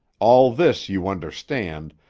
all this, you understand,